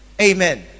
Amen